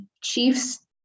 chiefs